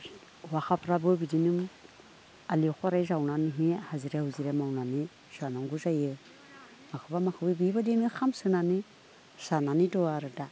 हौवासाफ्राबो बिदिनो आलिफोर जावनानै होयो हाजिरा हुजिरा मावनानै जानांगौ जायो माखौबा माखौबा बेबायदिनो खालामसोनानै जानानै दं आरो दा